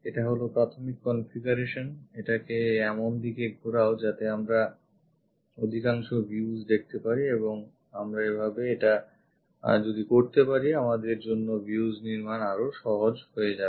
এটা হল প্রাথমিক configuration এটাকে এমন দিকে ঘোরাও যাতে আমরা অধিকাংশ views দেখতে পারি এবং আমরা এভাবে এটা যদি করতে পারি আমাদের জন্য views নির্মাণ আরও সহজ হয়ে যাবে